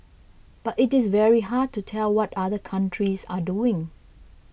but it is very hard to tell what other countries are doing